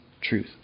truth